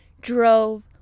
drove